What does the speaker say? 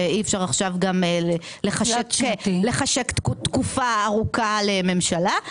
שאי-אפשר לחשק תקופה ארוכה לממשלה.